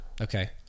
Okay